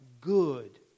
good